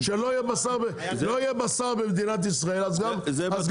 כשלא יהיה בשר במדינת ישראל אז גם לא